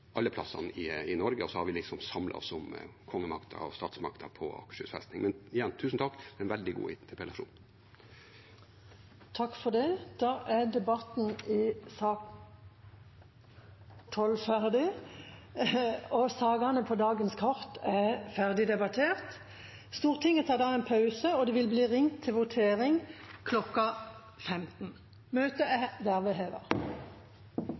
alle steder i Norge, og så har vi liksom samlet oss om kongemakten og statsmakten på Akershus festning. Igjen: Tusen takk for en veldig god interpellasjon. Da er debatten i sak nr. 12 ferdig. Sakene på dagens kart er ferdigdebattert, og Stortinget tar da en pause. Det vil bli ringt til votering kl. 15. Da ser det ut til at Stortinget er